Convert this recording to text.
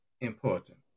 important